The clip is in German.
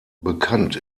bekannt